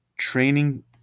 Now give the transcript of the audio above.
training